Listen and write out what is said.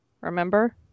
remember